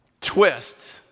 twist